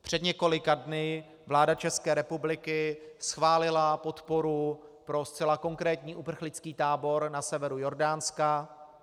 Před několika dny vláda České republiky schválila podporu pro zcela konkrétní uprchlický tábor na severu Jordánska.